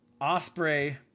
Osprey